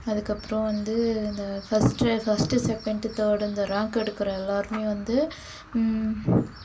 அதுக்கப்புறம் வந்து இந்த ஃபர்ஸ்டு ஃபர்ஸ்டு செக்கேண்டு தேர்டு இந்த ரேங்க் எடுக்கிற எல்லாேருமே வந்து